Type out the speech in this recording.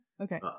Okay